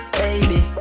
baby